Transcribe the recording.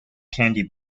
candy